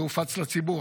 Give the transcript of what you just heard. זה הופץ לציבור,